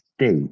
state